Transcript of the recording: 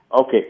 Okay